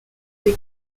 des